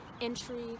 entry